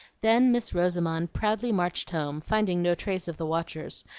then miss rosamond proudly marched home, finding no trace of the watchers,